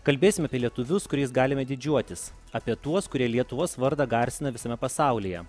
kalbėsim apie lietuvius kuriais galime didžiuotis apie tuos kurie lietuvos vardą garsina visame pasaulyje